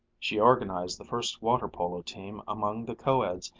she organized the first water-polo team among the co-eds,